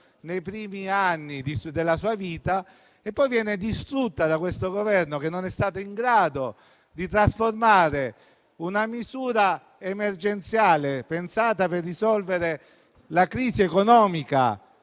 nei primi anni della sua vita e che poi è stata distrutta da questo Governo, che non è stato in grado di trasformare una misura emergenziale, pensata per risolvere la crisi economica